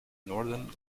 northern